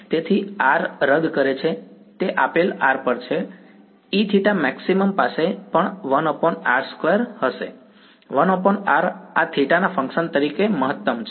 તેથી r રદ કરે છે તે આપેલ r પર છે Eθ પાસે પણ 1r2 હશે 1r આ θ ના ફંક્શન તરીકે મહત્તમ છે